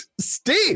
Steve